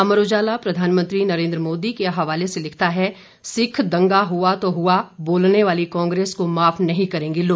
अमर उजाला प्रधानमंत्री नरेन्द्र मोदी के हवाले से लिखता है सिख दंगा हआ तो हआ बोलने वाली कांग्रेस को माफ नहीं करेंगे लोग